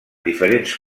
diferents